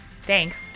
Thanks